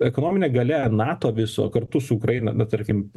ekonomine galia nato viso kartu su ukraina na tarkim